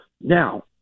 Now